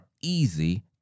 easy